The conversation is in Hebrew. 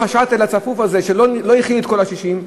ה"שאטל" הצפוף הזה שלא הכיל את כל ה-60,000?